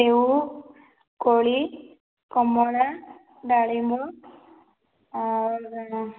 ସେଓ କୋଳି କମଳା ଡାଳିମ୍ବ ଆଉ କଣ